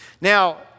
Now